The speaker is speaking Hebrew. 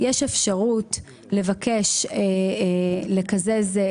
יש אפשרות לבקש לקזז,